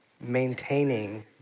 maintaining